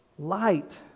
Light